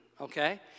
okay